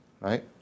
Right